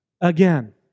Again